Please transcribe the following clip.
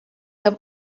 have